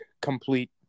complete